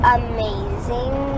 amazing